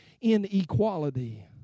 inequality